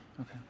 Okay